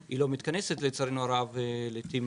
היא לא מתכנסת, לצערנו הרב, לעיתים